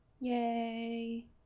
Yay